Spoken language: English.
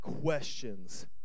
questions